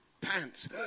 pants